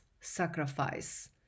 sacrifice